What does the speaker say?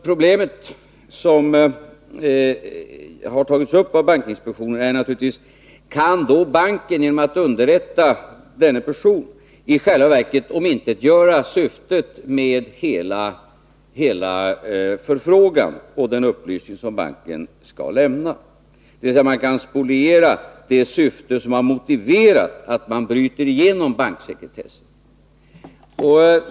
Problemet som har tagits upp av bankinspektionen är naturligtvis: Kan banken genom att underrätta denne person i själva verket omintetgöra syftet med hela förfrågan och den upplysning som banken skall lämna? Man kan alltså spoliera det syfte som har motiverat att man bryter banksekretessen.